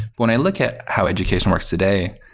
when i looked at how education works today,